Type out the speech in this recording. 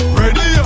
ready